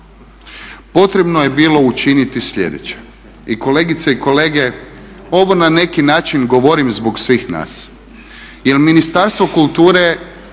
Potrebno je bilo učiniti sljedeće. I kolegice i kolege ovo na neki način govorim zbog svih nas.